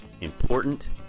important